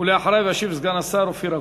ואחריו ישיב סגן השר אופיר אקוניס.